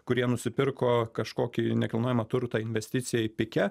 kurie nusipirko kažkokį nekilnojamą turtą investicijai pike